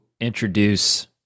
introduce